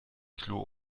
klo